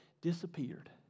disappeared